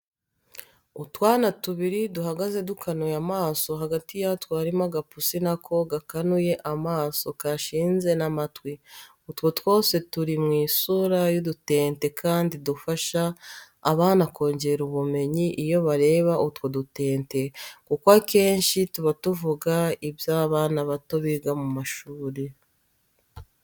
Utwana tubiri duhagaze dukanuye amaso hagati yatwo harimo agapusi na ko gakanuye amaso kashize n'amatwi. Utwo twose turi mi isura y'udutente kandi dufasha abana kongera ubumenyi iyo bareba utwo dutente kuko akenshi tuba tuvuga ibyo abana bato biga mu mashuri.